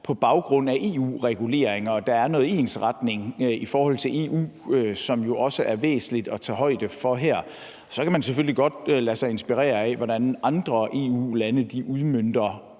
på baggrund af EU-regulering, og at der er noget ensretning i forhold til EU, som det jo også er væsentligt at tage højde for her. Man kan selvfølgelig godt lade sig inspirere af, hvordan andre EU-lande udmønter